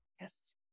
Yes